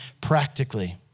practically